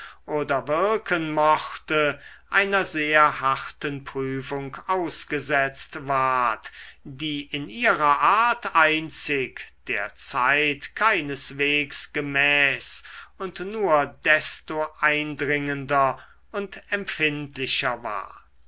oder wirken mochte einer sehr harten prüfung ausgesetzt ward die in ihrer art einzig der zeit keineswegs gemäß und nur desto eindringender und empfindlicher war